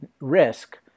risk